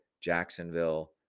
Jacksonville